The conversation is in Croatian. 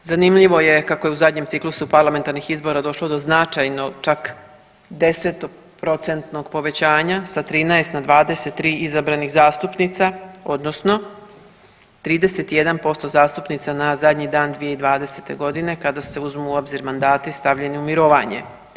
Zanimljivo je kako je u zadnjem ciklusu parlamentarnih izbora došlo do značajnog čak 10 procentnog povećanja sa 13 na 23 izabranih zastupnica odnosno 31% zastupnica na zadnji dan 2020. godine kada se uzmu u obzir mandati stavljeni u mirovanje.